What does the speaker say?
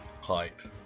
height